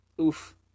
Oof